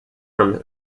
from